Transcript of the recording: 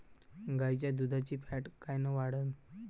गाईच्या दुधाची फॅट कायन वाढन?